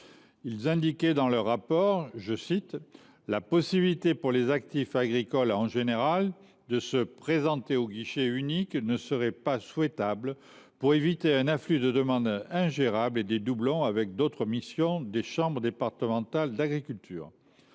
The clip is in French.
Ils indiquent, dans leur rapport, que « la possibilité pour les “actifs agricoles” en général […]de se présenter au guichet unique ne serait pas souhaitable, pour éviter un afflux de demandes ingérables et des doublons avec d’autres missions des chambres départementales d’agriculture ».